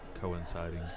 coinciding